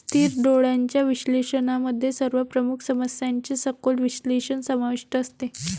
स्थिर डोळ्यांच्या विश्लेषणामध्ये सर्व प्रमुख समस्यांचे सखोल विश्लेषण समाविष्ट असते